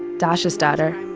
dasa's daughter.